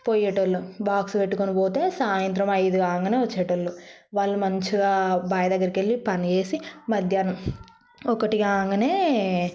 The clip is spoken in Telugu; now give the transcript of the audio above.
పోయేటోలం బాక్స్ పెట్టుకొని పోతే సాయంత్రం ఐదు ఆంగనే వచ్చేటోళ్లు వాళ్ళు మంచిగా బాయి దగ్గరికి వెళ్ళి పని చేసి మధ్యాహ్నం ఒకటి కాగానే